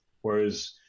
whereas